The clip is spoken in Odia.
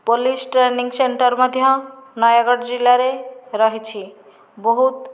ପୋଲିସ ଟ୍ରେନିଂ ସେଣ୍ଟର ମଧ୍ୟ ନୟାଗଡ଼ ଜିଲ୍ଲାରେ ରହିଛି ବହୁତ